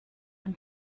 ein